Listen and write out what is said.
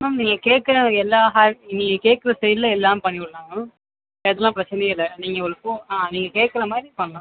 ma'am நீங்கள் கேட்குற எல்லா ஹேர் நீங்கள் கேட்குற ஸ்டைலில் எல்லாம் பண்ணி விடுலாம் மேம் அதுலாம் பிரச்சினையும் இல்லை நீங்கள் ஆ நீங்கள் கேட்குற மாதிரி பண்ணலாம்